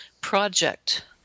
project